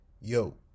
Yo